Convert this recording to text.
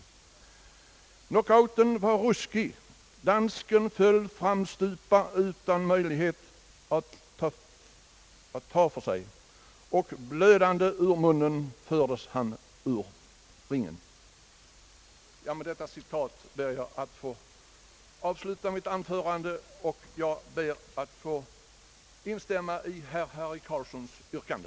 ——— Knockouten var ruskig — dansken föll framstupa utan möjlighet att ta för sig, och blödande ur munnen fördes han ur ringen.» Med detta citat ber jag att få avsluta mitt anförande. Jag instämmer, herr talman, i herr Harry Carlssons yrkande.